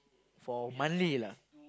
for monthly lah